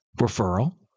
referral